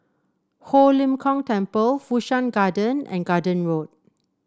Ho Lim Kong Temple Fu Shan Garden and Garden Road